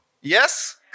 Yes